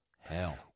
Hell